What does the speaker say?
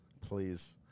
Please